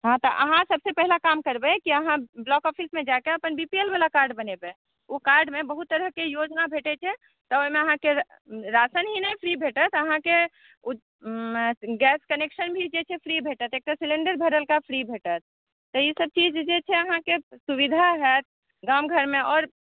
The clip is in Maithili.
हॅं तऽ अहाँ सभसे पहला काम करबै अहाँ ब्लॉक ऑफिसमे जाकऽ अपन बी पी एल वाला कार्ड बनेबै ओ कार्डमे बहुत तरहके योजना भेटै छै तऽ ओहिमे अहाँकेँ राशन ही फ्री नहि भेटत अहाँकेँ गैस कनेक्शन भी जे छै फ्री भेटत एकटा सिलिण्डर भरलका फ्री भेटत तऽ ई सभ चीज जे छै अहाँकेँ सुविधा होयत गाम घरमे आओर